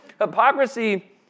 hypocrisy